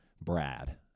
Brad